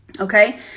okay